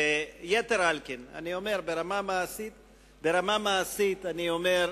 יתר על כן, ברמה המעשית אני אומר,